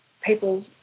people